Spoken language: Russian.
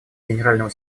генерального